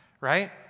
right